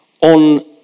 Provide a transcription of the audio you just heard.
on